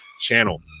channel